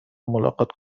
ملاقات